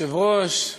היושב-ראש,